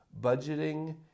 budgeting